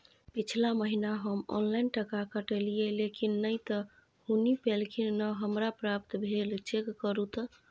पिछला महीना हम ऑनलाइन टका कटैलिये लेकिन नय त हुनी पैलखिन न हमरा प्राप्त भेल, चेक करू त?